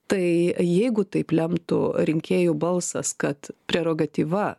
tai jeigu taip lemtų rinkėjų balsas kad prerogatyva